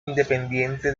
independiente